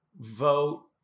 vote